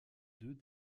deux